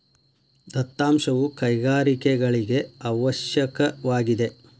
ದತ್ತಾಂಶವು ಕೈಗಾರಿಕೆಗಳಿಗೆ ಅವಶ್ಯಕವಾಗಿದೆ